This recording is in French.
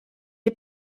est